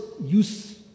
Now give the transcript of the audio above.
use